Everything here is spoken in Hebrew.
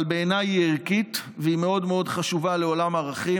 אבל בעיניי היא ערכית והיא מאוד מאוד חשובה לעולם הערכים,